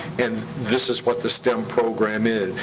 and this is what the stem program is.